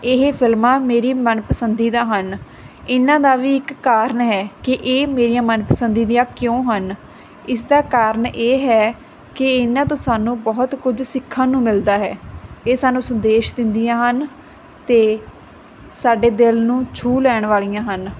ਇਹ ਫਿਲਮਾਂ ਮੇਰੀ ਮਨ ਪਸੰਦੀ ਦਾ ਹਨ ਇਹਨਾਂ ਦਾ ਵੀ ਇੱਕ ਕਾਰਨ ਹੈ ਕਿ ਇਹ ਮੇਰੀਆ ਮਨਪਸੰਦੀਆਂ ਕਿਉਂ ਹਨ ਇਸ ਦਾ ਕਾਰਨ ਇਹ ਹੈ ਕਿ ਇਹਨਾਂ ਤੋਂ ਸਾਨੂੰ ਬਹੁਤ ਕੁਝ ਸਿੱਖਣ ਨੂੰ ਮਿਲਦਾ ਹੈ ਇਹ ਸਾਨੂੰ ਸੰਦੇਸ਼ ਦਿੰਦੀਆਂ ਹਨ ਤੇ ਸਾਡੇ ਦਿਲ ਨੂੰ ਛੂਹ ਲੈਣ ਵਾਲੀਆਂ ਹਨ